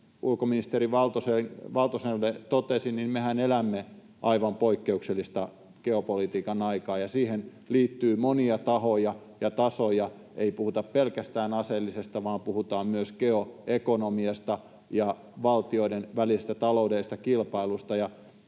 ulkoministeri Valtoselle totesin, mehän elämme aivan poikkeuksellista geopolitiikan aikaa, ja siihen liittyy monia tahoja ja tasoja. Ei puhuta pelkästään aseista, vaan puhutaan myös geoekonomiasta ja valtioiden välisestä taloudellisesta kilpailusta.